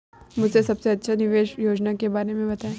मुझे सबसे अच्छी निवेश योजना के बारे में बताएँ?